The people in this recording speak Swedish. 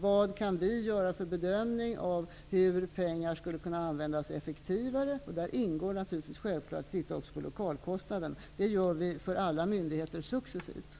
Vi bedömer också om pengarna skulle kunna ha använts effektivare. I det sammanhanget ingår det självfallet att vi ser på lokalkostnaden. Det gör vi successivt beträffande alla myndigheter.